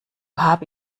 habe